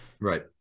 Right